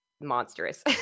monstrous